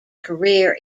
career